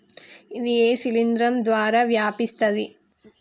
ఇది ఏ శిలింద్రం ద్వారా వ్యాపిస్తది?